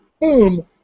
boom